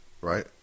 Right